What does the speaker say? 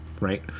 right